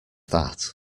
that